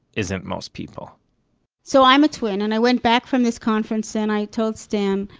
isn't most people so i'm a twin, and i went back from this conference and i told stan,